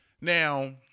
Now